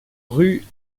rue